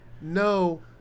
no